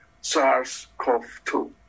SARS-CoV-2